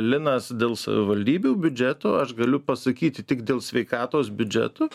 linas dėl savivaldybių biudžetų aš galiu pasakyti tik dėl sveikatos biudžetų